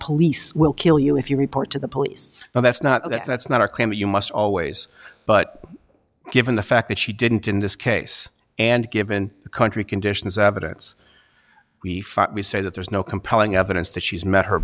police will kill you if you report to the police but that's not that's not a claim that you must always but given the fact that she didn't in this case and given the country conditions evidence we felt we say that there's no compelling evidence that she's met her